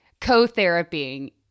co-therapying